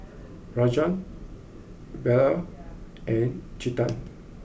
Rajan Bellur and Chetan